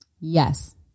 Yes